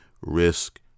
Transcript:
risk